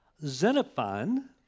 Xenophon